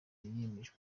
yemejwe